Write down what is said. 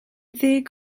ddeg